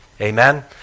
Amen